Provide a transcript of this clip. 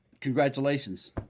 Congratulations